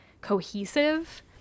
cohesive